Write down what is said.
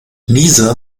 nieser